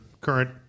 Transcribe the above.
current